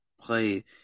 play